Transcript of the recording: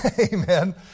Amen